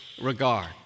regard